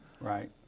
Right